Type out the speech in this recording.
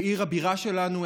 בעיר הבירה שלנו,